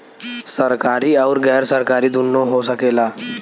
सरकारी आउर गैर सरकारी दुन्नो हो सकेला